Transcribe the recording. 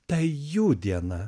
tai jų diena